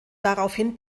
daraufhin